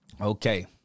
Okay